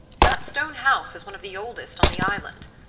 that stone house is one of the oldest on the island.